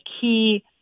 key